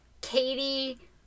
Katie